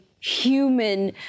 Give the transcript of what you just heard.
human